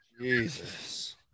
Jesus